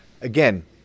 Again